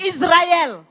Israel